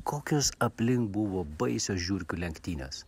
kokios aplink buvo baisios žiurkių lenktynes